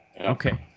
Okay